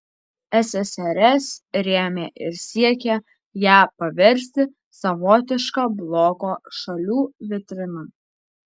ssrs rėmė ir siekė ją paversti savotiška bloko šalių vitrina